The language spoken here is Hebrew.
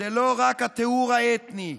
זה לא רק הטיהור האתני,